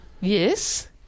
Yes